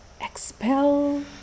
expel